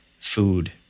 food